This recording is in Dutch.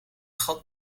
gat